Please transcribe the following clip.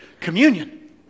communion